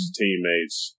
teammates